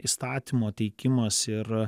įstatymo teikimas ir